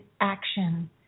action